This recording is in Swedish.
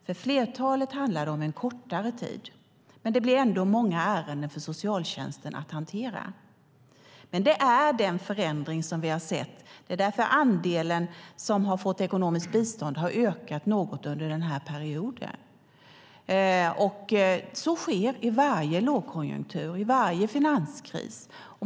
För flertalet handlar det om en kortare tid, men det blir ändå många ärenden för socialtjänsten att hantera. Det är dock den förändring vi har sett. Det är därför andelen som har fått ekonomiskt bistånd har ökat något under denna period. Så sker i varje lågkonjunktur, i varje finanskris.